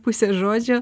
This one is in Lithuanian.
pusė žodžio